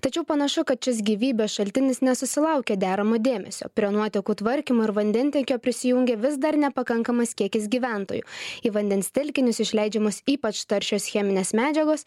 tačiau panašu kad šis gyvybės šaltinis nesusilaukė deramo dėmesio prie nuotekų tvarkymo ir vandentiekio prisijungia vis dar nepakankamas kiekis gyventojų į vandens telkinius išleidžiamos ypač taršios cheminės medžiagos